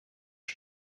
you